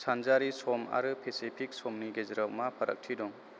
सानजारि सम आरो स्पेसिफिक समनि गेजेराव मा फारागथि दं